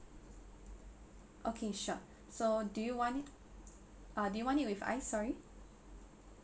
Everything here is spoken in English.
okay sure so do you want it uh do you want it with ice sorry